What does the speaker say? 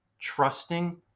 trusting